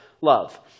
love